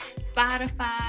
Spotify